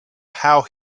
how